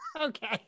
Okay